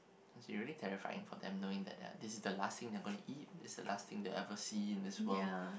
it's already terrifying for them knowing that they are this is the last thing they're gonna eat this is the last thing they'll ever see in this world